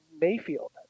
Mayfield